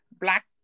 Black